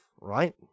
right